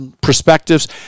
perspectives